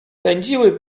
pędziły